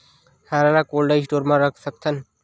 हरा ल cold store म रख सकथन?